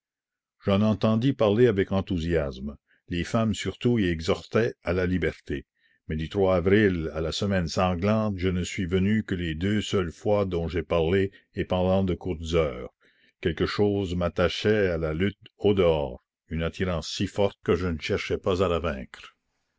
j'en entendis parler avec enthousiasme les femmes surtout y exhortaient à la liberté mais du avril à la semaine sanglante je ne suis venue que les deux seules fois dont j'ai parlé et pendant de courtes heures quelque chose m'attachait à la lutte au dehors une attirance si forte que je ne cherchais pas à la vaincre